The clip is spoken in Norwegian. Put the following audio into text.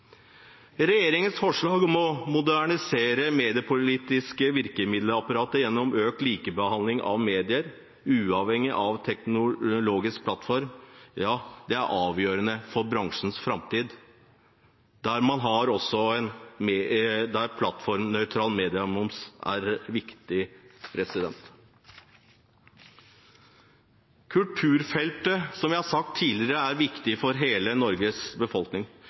Regjeringens forslag om å modernisere det mediepolitiske virkemiddelapparatet gjennom økt likebehandling av medier, uavhengig av teknologisk plattform, er avgjørende for bransjens framtid, der plattformnøytral mediemoms er viktig. Kulturfeltet, som vi har sagt tidligere, er viktig for hele Norges befolkning,